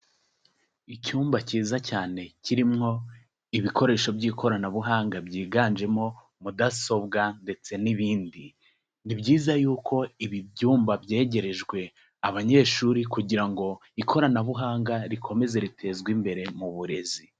Icyumba cyiza cyane kirimo ibikoresho by'ikoranabuhanga byiganjemo mudasobwa ndetse n'ibindi, ni byiza y'uko ibi byumba byegerejwe abanyeshuri kugira ngo ikoranabuhanga rikomeze ritezwe imbere mu burezi.